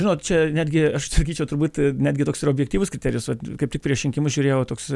žinot čia netgi aš sakyčiau turbūt netgi toks ir objektyvus kriterijus vat kaip tik prieš rinkimus žiūrėjau toks